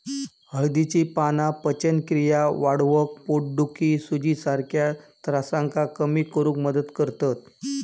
हळदीची पाना पचनक्रिया वाढवक, पोटफुगी, सुजीसारख्या त्रासांका कमी करुक मदत करतत